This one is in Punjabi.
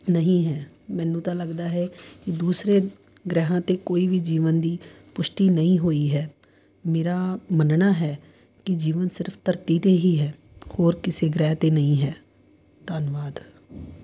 ਨਹੀਂ ਹੈ ਮੈਨੂੰ ਤਾਂ ਲੱਗਦਾ ਹੈ ਦੂਸਰੇ ਗ੍ਰਹਿਆਂ 'ਤੇ ਕੋਈ ਵੀ ਜੀਵਨ ਦੀ ਪੁਸ਼ਟੀ ਨਹੀਂ ਹੋਈ ਹੈ ਮੇਰਾ ਮੰਨਣਾ ਹੈ ਕਿ ਜੀਵਨ ਸਿਰਫ਼ ਧਰਤੀ 'ਤੇ ਹੀ ਹੈ ਹੋਰ ਕਿਸੇ ਗ੍ਰਹਿ 'ਤੇ ਨਹੀਂ ਹੈ ਧੰਨਵਾਦ